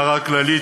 כללית,